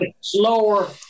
slower